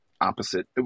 opposite